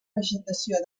vegetació